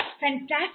Fantastic